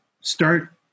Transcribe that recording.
start